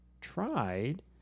tried